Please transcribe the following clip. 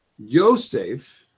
Yosef